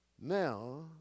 now